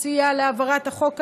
שסייע בהעברת החוק הזה,